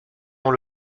dont